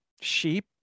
sheep